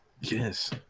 Yes